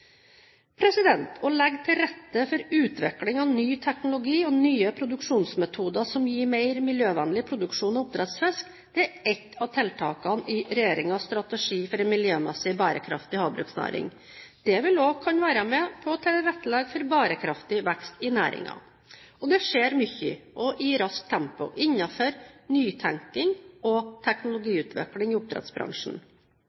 Å legge til rette for utvikling av ny teknologi og nye produksjonsmetoder som gir mer miljøvennlig produksjon av oppdrettsfisk, er ett av tiltakene i regjeringens strategi for en miljømessig bærekraftig havbruksnæring. Det vil også kunne være med på å tilrettelegge for bærekraftig vekst i næringen. Det skjer mye – og i raskt tempo – innenfor nytenkning og